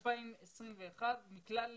תשפ"א-2021 מכלל המגזרים.